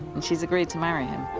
and she's agreed to marry him.